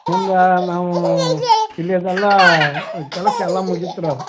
ಮುಂದ ನಾವು ಇಲ್ಲಿಯದೆಲ್ಲ ಕೆಲಸ ಎಲ್ಲ ಮುಗಿತ್ರ